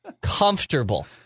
comfortable